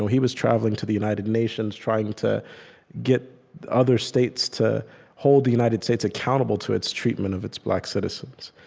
yeah he was traveling to the united nations, trying to get other states to hold the united states accountable to its treatment of its black citizens.